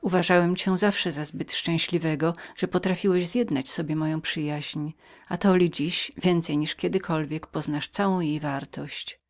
uważałem cię zawsze za zbyt szczęśliwego że potrafiłeś zjednać sobie moją przyjaźń atoli dziś więcej niż kiedykolwiek poznasz całą jej wartość